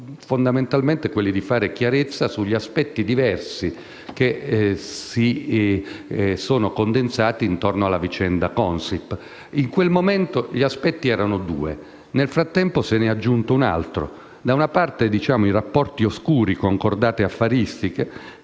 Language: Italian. fondamentalmente quello di fare chiarezza sui diversi aspetti che si sono condensati attorno alla vicenda Consip. In realtà in quel momento gli aspetti erano due, ma nel frattempo se ne è aggiunto un altro. Da una parte i rapporti oscuri con cordate affaristiche